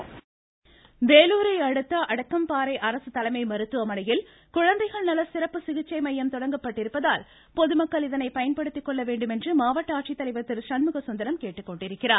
இருவரி வேலூர் வேலுரை அடுத்த அடுக்கம்பாறை அரசு தலைமை மருத்துவமனையில் குழந்தைகள் நல சிறப்பு சிகிச்சை மையம் தொடங்கப்பட்டிருப்பதால் பொதுமக்கள் இதனை பயன்படுத்திக்கொள்ள வேண்டும் என்று மாவட்ட ஆட்சித்தலைவர் திரு சண்முக கந்தரம் கேட்டுக்கொண்டிருக்கிறார்